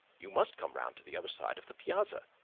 you must come round to the other side of the piazza.